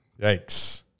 Yikes